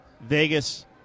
Vegas